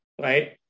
right